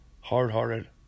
hard-hearted